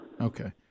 Okay